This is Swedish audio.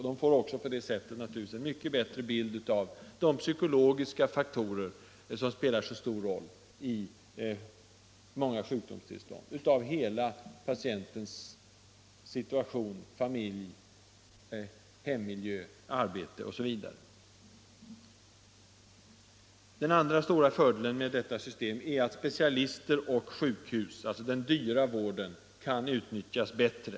Därigenom skulle de också få en mycket bättre bild av de psykologiska faktorerna och av patientens hela situation, hans familj, hemmiljö och arbete, som spelar så stor roll vid så många sjukdomstillstånd. Den andra stora fördelen med detta system är att specialister och sjukhus, alltså den dyra vården, kan utnyttjas bättre.